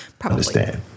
understand